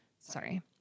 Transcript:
Sorry